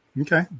Okay